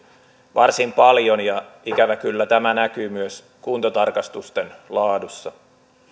varsin paljon ja ikävä kyllä tämä näkyy myös kuntotarkastusten laadussa